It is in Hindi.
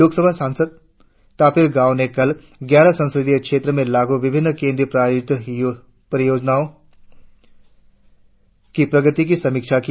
लोकसभा संसद तापिर गाओ ने कल ग्यारह संसदीय क्षेत्रो में लागू विभिन्न केंद्र प्रयोजित योजनाओ की प्रगति की समीक्षा की